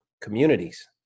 communities